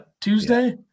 Tuesday